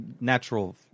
natural